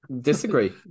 Disagree